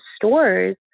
stores